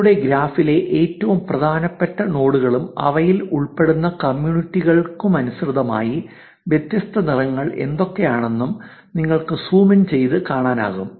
നിങ്ങളുടെ ഗ്രാഫിലെ ഏറ്റവും പ്രധാനപ്പെട്ട നോഡുകളും അവയിൽ ഉൾപ്പെടുന്ന കമ്മ്യൂണിറ്റികൾക്കനുസൃതമായി വ്യത്യസ്ത നിറങ്ങൾ എന്തൊക്കെയാണെന്നും നിങ്ങൾക്ക് സൂം ഇൻ ചെയ്ത് കാണാനാകും